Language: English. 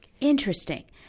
Interesting